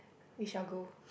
we shall go